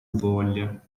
voglia